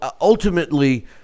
ultimately